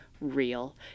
real